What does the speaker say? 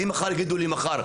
אם יגידו לי מחר,